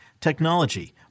technology